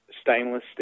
Stainless